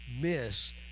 miss